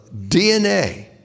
DNA